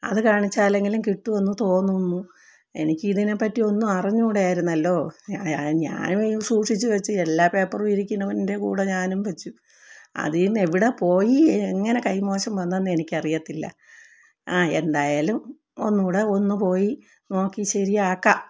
അത് കാണിച്ചാലെങ്കിലും കിട്ടുമെന്നു തോന്നുന്നു എനിക്ക് ഇതിനെപറ്റി ഒന്നും അറിഞ്ഞൂടാരുന്നല്ലോ ഞാന് സൂക്ഷിച്ചുവെച്ചു എല്ലാ പേപ്പറും ഇരിക്കണതിൻ്റെകൂടെ ഞാനും വെച്ചു അതില്നിന്ന് എവിടെ പോയി എങ്ങനെ കൈമോശം വന്നെന്ന് എനിക്കറിയത്തില്ല ആ എന്തായാലും ഒന്നൂടെ ഒന്ന് പോയി നോക്കി ശരിയാക്കാം